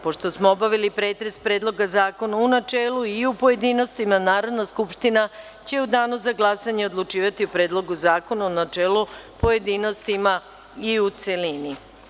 Pošto smo obavili pretres Predloga zakona u načelu i u pojedinostima, Narodna skupština će u danu za glasanje odlučivati o Predlogu zakona u načelu, pojedinostima i u celini.